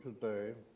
today